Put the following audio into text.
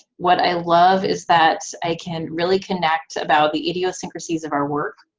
what i love is that i can really connect about the idiosyncrasies of our work.